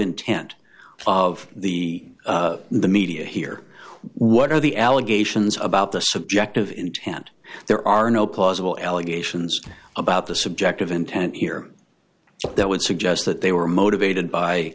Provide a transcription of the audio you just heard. intent of the the media here what are the allegations about the subjective intent there are no plausible allegations about the subject of intent here that would suggest that they were motivated by